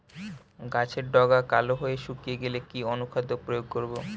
গাছের ডগা কালো হয়ে শুকিয়ে গেলে কি অনুখাদ্য প্রয়োগ করব?